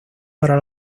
para